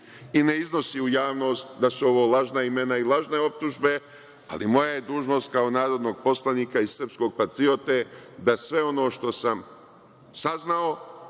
i ne iznosi u javnost da su ovo lažna imena i lažne optužbe, ali moja je dužnost kao narodnog poslanika i srpskog patriote da sve ono što sam saznao